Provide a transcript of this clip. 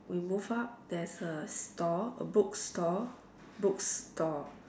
we move up there's a store a book store book store